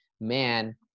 man